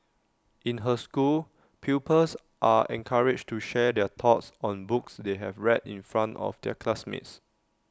in her school pupils are encouraged to share their thoughts on books they have read in front of their classmates